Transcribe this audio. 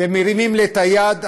ומרימים לי את היד,